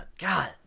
God